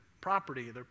property